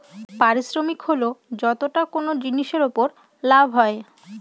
পারিশ্রমিক হল যতটা কোনো জিনিসের উপর লাভ হয়